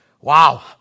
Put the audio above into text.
Wow